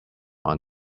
are